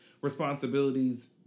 responsibilities